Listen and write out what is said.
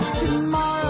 tomorrow